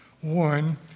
one